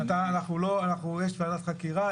יש ועדת חקירה,